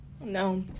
No